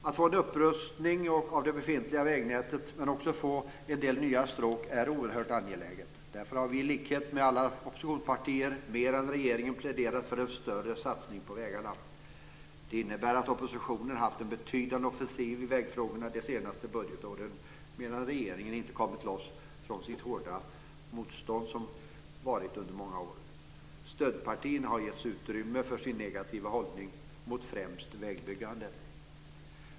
Att få en upprustning av det befintliga vägnätet, men också att få en del nya stråk, är oerhört angeläget. Därför har vi i likhet med alla oppositionspartier, mer än regeringen, pläderat för en större satsning på vägarna. Det innebär att oppositionen har haft en betydande offensiv i vägfrågorna de senaste budgetåren medan regeringen inte har kommit loss från sitt mångåriga motstånd. Stödpartierna har getts utrymme för sin negativa hållning mot främst vägbyggande.